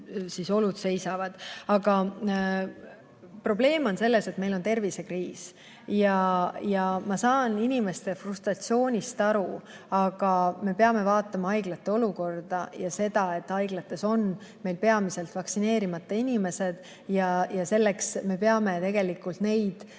seal nad seisavad. Aga probleem on selles, et meil on tervisekriis. Ma saan inimeste frustratsioonist aru, aga me peame vaatama haiglate olukorda. Haiglates on meil peamiselt vaktsineerimata inimesed ja me peame neid